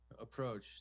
approach